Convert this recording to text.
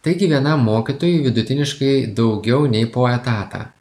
taigi vienam mokytojui vidutiniškai daugiau nei po etatą